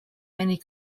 many